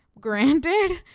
granted